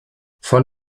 von